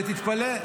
תתפלא.